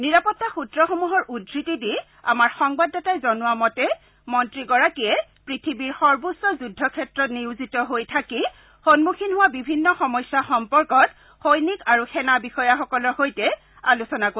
নিৰাপত্তা সূত্ৰসমূহৰ উদ্ধৃতি দি আমাৰ সংবাদদাতাই জনোৱা মতে মন্ত্ৰীগৰাকীয়ে পৃথিৱীৰ সৰ্বোচ্চ যুদ্ধ ক্ষেত্ৰত নিয়োজিত হৈ থাকি সন্মুখীন হোৱা বিভিন্ন সমস্যা সম্পৰ্কত সৈনিক আৰু সেনা বিষয়াসকলৰ সৈতে আলোচনা কৰিব